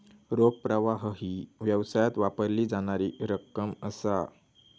रोख प्रवाह ही व्यवसायात वापरली जाणारी रक्कम असा